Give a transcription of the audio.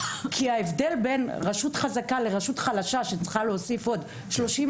כי ההבדל בין רשות חזקה לרשות חלשה שצריכה להוסיף עוד 30%,